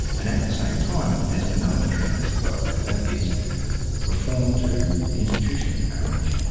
and at the same time there's another trend as well, and that is reform to the institution of marriage,